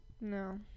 No